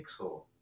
Pixel